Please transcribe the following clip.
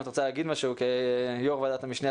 אם את רוצה להגיד משהו כיושבת-ראש ועדת המשנה,